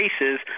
races